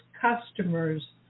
customers